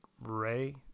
Ray